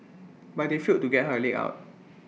but they failed to get her leg out